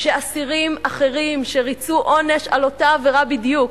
כשאסירים אחרים שריצו עונש על אותה עבירה בדיוק,